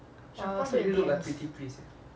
err so it has